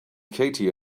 katie